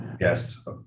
Yes